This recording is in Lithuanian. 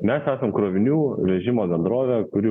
mes esam krovinių vežimo bendrovė kuri